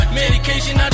medication